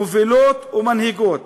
מובילות ומנהיגות.